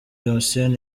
hussein